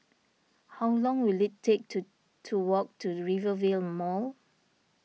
how long will it take to to walk to Rivervale Mall